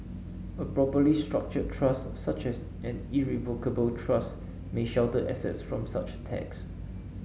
a properly structured trust such as an irrevocable trust may shelter assets from such tax